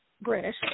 British